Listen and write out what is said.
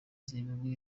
zimbabwe